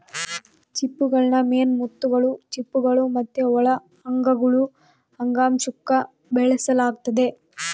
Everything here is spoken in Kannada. ಸಿಂಪಿಗುಳ್ನ ಮೇನ್ ಮುತ್ತುಗುಳು, ಚಿಪ್ಪುಗುಳು ಮತ್ತೆ ಒಳ ಅಂಗಗುಳು ಅಂಗಾಂಶುಕ್ಕ ಬೆಳೆಸಲಾಗ್ತತೆ